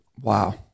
Wow